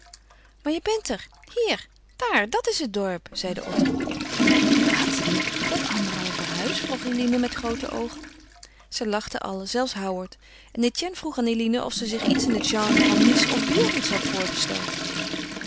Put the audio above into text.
maar je bent er hier daar dat is het dorp zeide otto wat dat anderhalve huis vroeg eline met groote oogen zij lachten allen zelfs howard en etienne vroeg aan eline of ze zich iets in het genre van nice of biarritz had voorgesteld